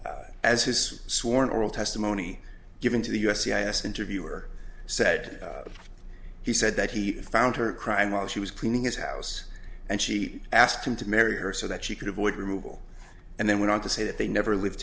as his sworn oral testimony given to the u s c i s interviewer said that he said that he found her crime while she was cleaning his house and she asked him to marry her so that she could avoid removal and then went on to say that they never lived